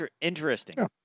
interesting